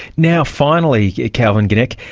now finally, calvin gnech,